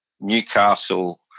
Newcastle